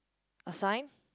assign